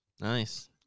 Nice